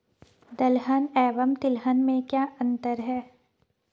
दलहन एवं तिलहन में क्या अंतर है?